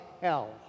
hell